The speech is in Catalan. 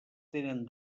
tenen